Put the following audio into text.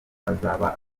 hazaba